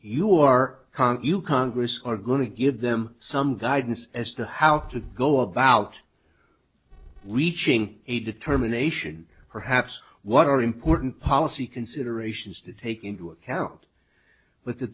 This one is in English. you are can you congress are going to give them some guidance as to how to go about reaching a determination perhaps what are important policy considerations to take into account but th